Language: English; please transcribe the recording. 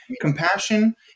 compassion